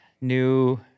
new